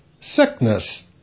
sickness